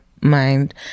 mind